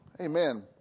Amen